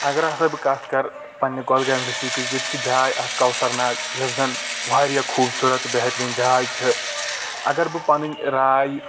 اگر ہسا بہٕ کتھ کرٕ پننہِ کۄلگامہِ ڈِسٹِکٕچ ییٚتہِ چھ جاے اکھ کوثر ناگ یُس زن واریاہ خوٗبصوٗرت تہٕ بہتریٖن جاے چھ اگر بہٕ پنٔنۍ راے